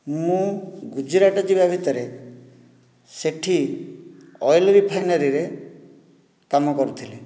ମୁଁ ଗୁଜୁରାଟ ଯିବା ଭିତରେ ସେଠି ଅଏଲ୍ ରିଫାଇନାରୀରେ କାମ କରୁଥିଲି